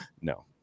no